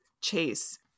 chase